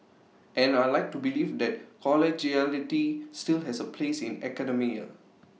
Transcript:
and I'd like to believe that collegiality still has A place in academia